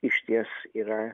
išties yra